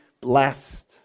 blessed